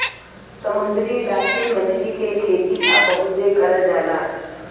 समुंदरी डालफिन मछरी के खेती अब बहुते करल जाला